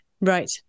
Right